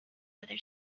other